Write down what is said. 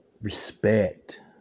respect